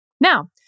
Now